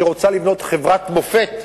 שרוצה לבנות חברת מופת,